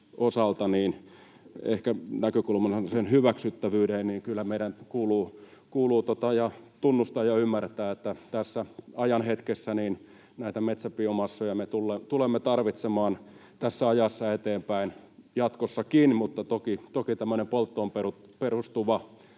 ja ehkä sen hyväksyttävyyden näkökulmaan, niin kyllä meidän kuuluu tunnustaa ja ymmärtää, että tässä ajan hetkessä näitä metsäbiomassoja me tulemme tarvitsemaan jatkossakin. [Petri Huru: Juuri näin!] Mutta toki tämmöinen polttoon perustuva